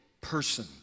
person